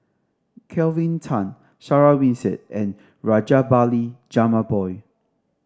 Kelvin Tan Sarah Winstedt and Rajabali Jumabhoy